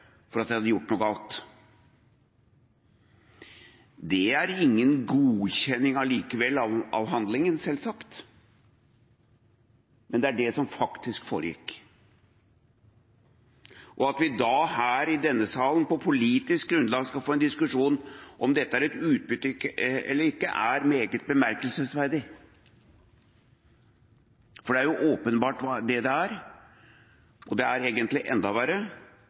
for at de hadde gjort noe galt. Det er likevel ingen godkjenning av handlingen, selvsagt, men det var det som faktisk foregikk. At vi da her i denne salen på politisk grunnlag skal få en diskusjon om dette er et utbytte eller ikke, er meget bemerkelsesverdig. For det er jo åpenbart det det er, og det er egentlig enda verre